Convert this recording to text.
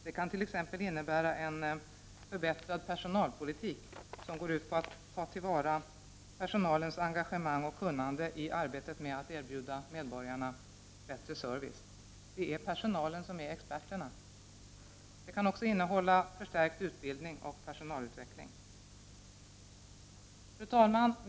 Det kan t.ex. innebära en förbättrad personalpolitik som går ut på att ta till vara personalens engagemang och kunnande i arbetet med att erbjuda medborgarna bättre service. Det är personalen som är experterna. Det kan också innehålla förstärkt utbildning och personalutveckling. Fru talman!